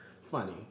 funny